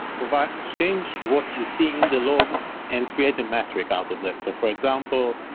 provide change what you see in the log and create a metric out of that. so for example,